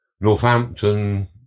northampton